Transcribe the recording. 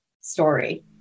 story